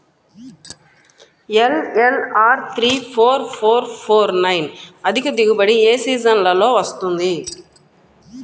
NLR three four four four nine అధిక దిగుబడి ఏ సీజన్లలో వస్తుంది?